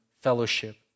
fellowship